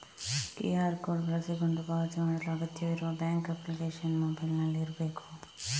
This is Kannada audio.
ಕ್ಯೂಆರ್ ಕೋಡು ಬಳಸಿಕೊಂಡು ಪಾವತಿ ಮಾಡಲು ಅಗತ್ಯವಿರುವ ಬ್ಯಾಂಕ್ ಅಪ್ಲಿಕೇಶನ್ ಮೊಬೈಲಿನಲ್ಲಿ ಇರ್ಬೇಕು